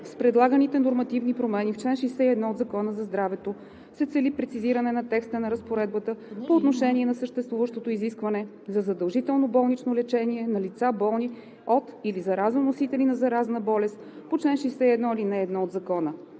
С предлаганите нормативни промени в чл. 61 от Закона за здравето се цели прецизиране на текста на разпоредбата по отношение на съществуващото изискване за задължително болнично лечение на лица, болни от или заразоносители на заразна болест по чл. 61, ал. 1 от Закона.